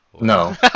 No